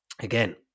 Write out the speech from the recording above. again